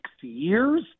years